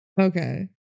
Okay